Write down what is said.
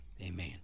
Amen